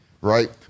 right